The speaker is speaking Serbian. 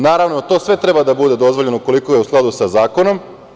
Naravno, to sve treba da bude dozvoljeno, ukoliko je u skladu sa zakonom.